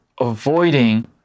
avoiding